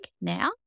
now